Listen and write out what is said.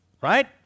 right